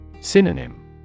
Synonym